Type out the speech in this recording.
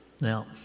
Now